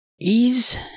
ease